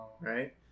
right